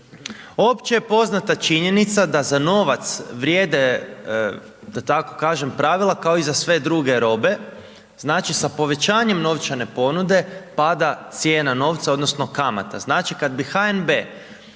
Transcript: Opće je poznata činjenica da za novac vrijede da tako kažem pravila, kao i za sve druge robe, znači sa povećanjem novčane ponude pada cijena novca, odnosno kamata.